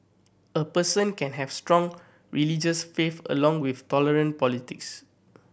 a person can have strong religious faith along with tolerant politics